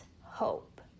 hope